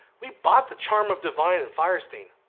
we bought the charm of devin and firestein,